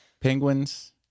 penguins